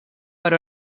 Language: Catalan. per